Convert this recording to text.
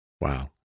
wow